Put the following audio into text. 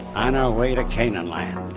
on our way to canaan land.